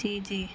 جی جی